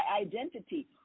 identity